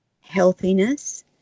healthiness